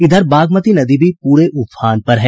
इधर बागमती नदी भी पूरे उफान पर है